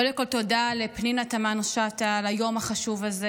קודם כול תודה לפנינה תמנו שטה על היום החשוב הזה.